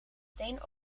meteen